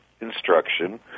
instruction